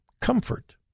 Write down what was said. Comfort